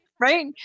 Right